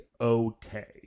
okay